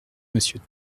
monsieur